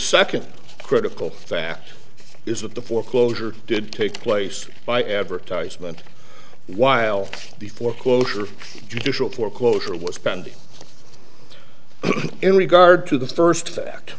second critical fact is that the foreclosure did take place by advertisement while the foreclosure judicial foreclosure was pending in regard to the first